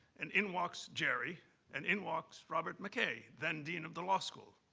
and in walks jerry and in walks robert mckay, then dean of the law school.